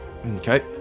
Okay